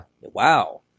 wow